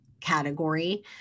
category